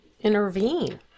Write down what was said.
intervene